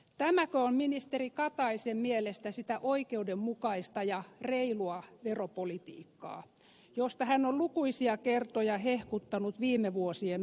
tämäkö on ministeri kataisen mielestä sitä oikeudenmukaista ja reilua veropolitiikkaa josta hän on lukuisia kertoja hehkuttanut viime vuosien aikana